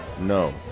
No